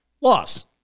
loss